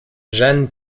jeanne